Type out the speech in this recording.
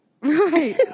Right